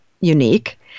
unique